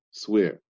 swear